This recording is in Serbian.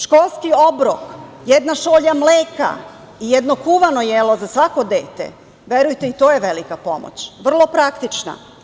Školski obrok, jedna šolja mleka i jedno kuvano jelo za svako dete, verujte, i to je velika pomoć i vrlo praktična.